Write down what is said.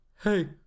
Hey